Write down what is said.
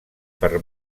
per